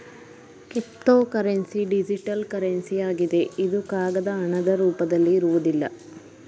cryptocurrency digital currency ಆಗಿದೆ ಇದು ಕಾಗದ ಹಣದ ರೂಪದಲ್ಲಿ ಇರುವುದಿಲ್ಲ